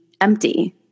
empty